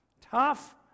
Tough